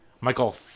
Michael